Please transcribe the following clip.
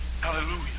Hallelujah